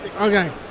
okay